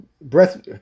breath